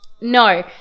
no